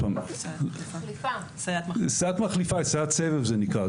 סייעת מחליפה, היא נקראת סייעת סבב.